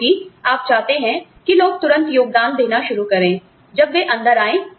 क्योंकि आप चाहते हैं कि लोग तुरंत योगदान देना शुरू करें जब वे अंदर आए